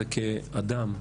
כאדם,